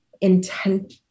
intent